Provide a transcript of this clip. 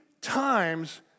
times